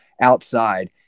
outside